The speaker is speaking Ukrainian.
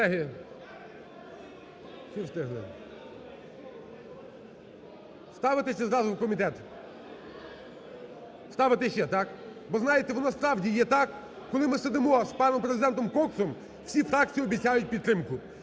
встигли… Ставити чи зразу в комітет? Ставити ще, так. Бо знаєте, воно справді є так, коли ми сидимо з паном Президентом Коксом всі фракції обіцяють підтримку.